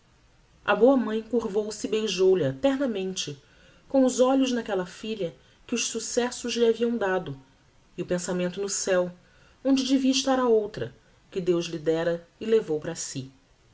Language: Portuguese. a boa mãe curvou-se e beijou lha ternamente com os olhos naquella filha que os successos lhe haviam dado e o pensamento no ceu onde devia estar a outra que deus lhe dera e levou para si